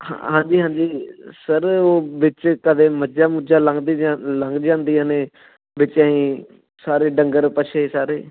ਹਾਂਜੀ ਹਾਂਜੀ ਸਰ ਉਹ ਵਿੱਚ ਕਦੇ ਮੱਝਾਂ ਮੁਝਾਂ ਲੰਘ ਦੀ ਦਾ ਲੰਘ ਜਾਂਦੀਆਂ ਨੇ ਵਿੱਚ ਐਈਂ ਸਾਰੇ ਡੰਗਰ ਬੱਛੇ ਸਾਰੇ